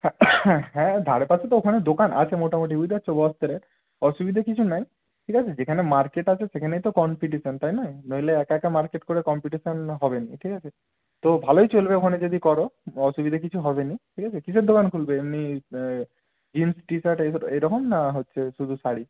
হ্যাঁ হ্যাঁ ধারেপাশে তো ওখানে দোকান আছে মোটামুটি বুঝতে পারছ বস্ত্রের অসুবিধে কিছু নাই ঠিক আছে যেখানে মার্কেট আছে সেখানেই তো কম্পিটিশন তাই নয় নইলে একা একা মার্কেট করে কম্পিটিশন হবে নি ঠিক আছে তো ভালোই চলবে ওখানে যদি করো অসুবিধে কিছু হবে নি ঠিক আছে কিসের দোকান খুলবে এমনি জিন্স টি শার্ট এইসব এইরকম না হচ্ছে শুধু শাড়ি